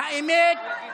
למה אתה מתנגד לעונש מוות?